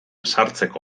sartzeko